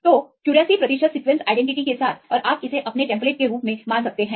तो 84 प्रतिशत सीक्वेंसआईडेंटिटी के साथ और आप इसे अपने टेम्पलेट के रूप में मान सकते हैं